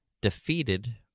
defeated